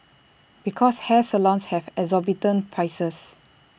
because hair salons have exorbitant prices